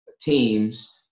teams